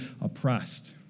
oppressed